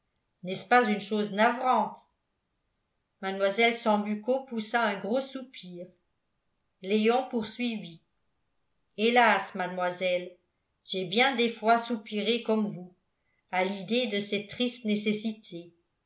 n'est-ce pas une chose navrante mlle sambucco poussa un gros soupir léon poursuivit hélas mademoiselle j'ai bien des fois soupiré comme vous à l'idée de cette triste nécessité